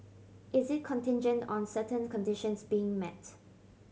is it contingent on certain conditions being met